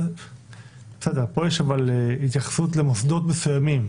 בסדר, אבל פה יש התייחסות למוסדות מסוימים.